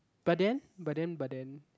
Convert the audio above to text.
but then but then but then